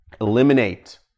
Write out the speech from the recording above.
Eliminate